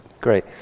great